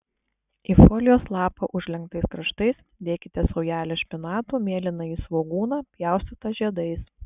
į folijos lapą užlenktais kraštais dėkite saujelę špinatų mėlynąjį svogūną pjaustytą žiedais